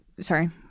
sorry